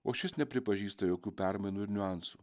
o šis nepripažįsta jokių permainų ir niuansų